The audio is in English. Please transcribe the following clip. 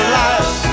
life